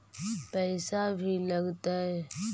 पैसा भी लगतय?